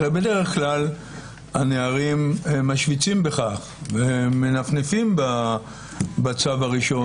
הרי בדרך כלל הנערים משוויצים בכך ומנפנפים בצו הראשון,